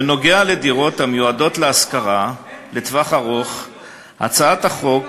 בגלל דיירי הדיור הציבורי אתם לא מעבירים את החוק?